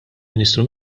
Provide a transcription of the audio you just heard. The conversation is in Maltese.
ministru